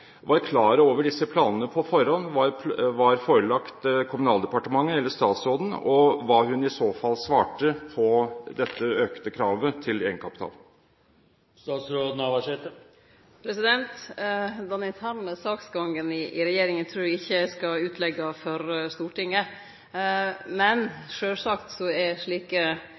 var klar over disse planene på forhånd, om de var forelagt Kommunaldepartementet eller statsråden, og hva hun i så fall svarte på dette kravet til økt egenkapital. Den interne saksgangen i regjeringa trur eg ikkje eg skal leggje ut for Stortinget. Men sjølvsagt er slike